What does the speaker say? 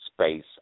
space